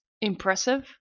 impressive